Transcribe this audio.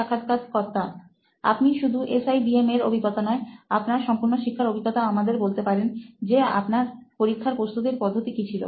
সাক্ষাৎকারকর্তা আপনি শুধু SIBM এর অভিজ্ঞতা নয় আপনার সম্পূর্ণ শিক্ষার অভিজ্ঞতা আমাদের বলতে পারেন যে আপনার পরীক্ষার প্রস্তুতির পদ্ধতি কি ছিল